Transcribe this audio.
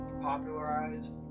popularized